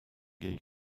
gay